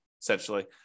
essentially